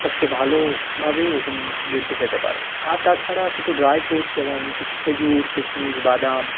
সবচেয়ে ভালোভাবে ওজন বৃদ্ধি পেতে পারে আর তাছাড়া কিছু ড্রাই ফ্রুটস যেমন কিছু খেজুর কিশমিশ বাদাম